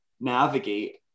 navigate